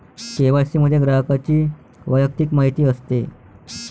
KYC मध्ये ग्राहकाची वैयक्तिक माहिती असते